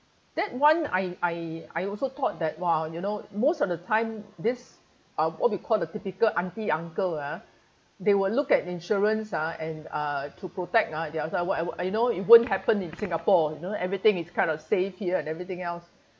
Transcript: that [one] I I I also thought that !wow! you know most of the time this uh what we call the typical aunty uncle ah they will look at insurance ah and uh to protect ah there also you know it won't happen in singapore you know everything is kind of safe here and everything else